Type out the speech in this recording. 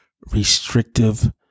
restrictive